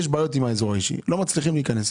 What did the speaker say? יש בעיות עם האזור האישי, לא מצליחים להיכנס.